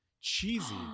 cheesy